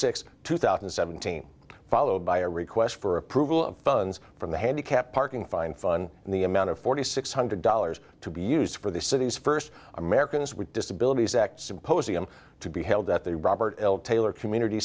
sixth two thousand and seventeen followed by a request for approval of funds from the handicapped parking fine fun and the amount of forty six hundred dollars to be used for the city's first americans with disabilities act symposium to be held at the robert taylor community